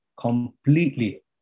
completely